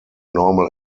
normal